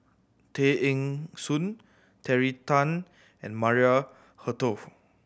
Tay Eng Soon Terry Tan and Maria Hertogh